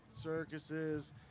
circuses